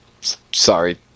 Sorry